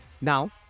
Now